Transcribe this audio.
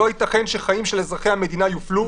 לא יתכן שחיים של אזרחי המדינה יופלו